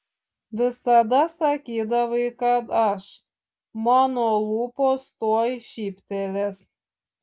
visada sakydavai kad aš mano lūpos tuoj šyptelės